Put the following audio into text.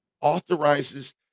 authorizes